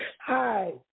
Hi